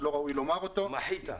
מחית.